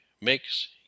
makes